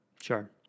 Sure